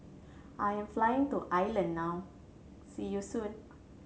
I am flying to Ireland now See you soon